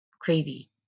crazy